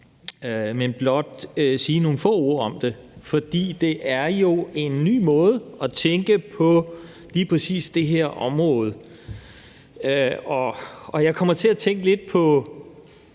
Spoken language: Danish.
men blot sige nogle få ord om det. Det er jo en ny måde at tænke på på lige præcis det her område. Jeg kommer til at tænke på,